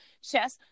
chess